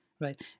Right